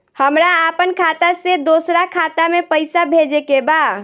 हमरा आपन खाता से दोसरा खाता में पइसा भेजे के बा